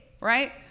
right